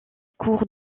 cours